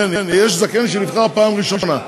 יש זקן שנבחר פעם ראשונה.